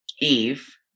Eve